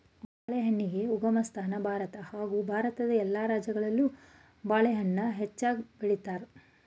ಬಾಳೆಹಣ್ಣಿಗೆ ಉಗಮಸ್ಥಾನ ಭಾರತ ಹಾಗೂ ಭಾರತದ ಎಲ್ಲ ರಾಜ್ಯಗಳಲ್ಲೂ ಬಾಳೆಹಣ್ಣನ್ನ ಹೆಚ್ಚಾಗ್ ಬೆಳಿತಾರೆ